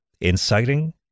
inciting